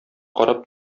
карап